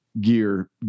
gear